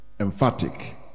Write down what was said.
Emphatic